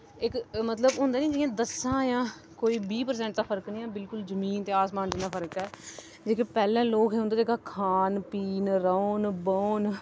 इक मतलव होंदा नां जियां दस जां कोई बीह् प्रसैंट दा फर्क निं ऐ बिल्कुल जमीन ते आसमान जिन्ना फर्क ऐ जेह्के पैह्ले लोक हे उंदा खान पीन रौह्न बौह्न